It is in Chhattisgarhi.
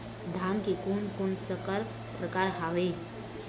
धान के कोन कोन संकर परकार हावे?